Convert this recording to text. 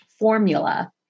formula